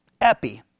Epi